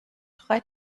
drei